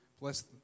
bless